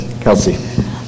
Kelsey